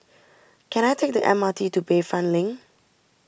can I take the M R T to Bayfront Link